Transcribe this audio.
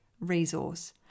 resource